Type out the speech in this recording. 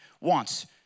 wants